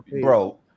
bro